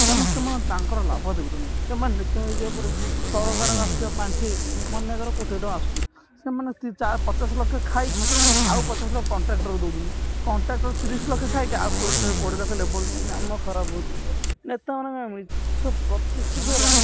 କାରଣ ସେମାନେ ତାଙ୍କର ଲାଭ ଦେଖୁଛନ୍ତି ସେମାନେ ନେତା ହୋଇଯିବା ପରେ ସରକାରଙ୍କ ଆସୁଥିବା ପାଣ୍ଠି ମନେକର କୋଟିଏ ଟଙ୍କା ଆସୁଛି ସେମାନେ ପଚାଶ ଲକ୍ଷ ଖାଇକି ଆଉ ପଚାଶ ଲକ୍ଷ କଣ୍ଟ୍ରାକ୍ଟର୍କୁ ଦେଉଛନ୍ତି କଣ୍ଟ୍ରାକ୍ଟର୍ ତିରିଶ ଲକ୍ଷ ଖାଇକି ଆଉ କୋଡ଼ିଏ କୋଡ଼ିଏ ଲକ୍ଷ କାମ ଖରାପ ହେଉଛି ନେତାମାନଙ୍କ ମିଛ ପ୍ରତିଶ୍ରୁତି ଦ୍ୱାରା